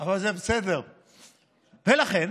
ולכן